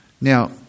now